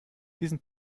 diesen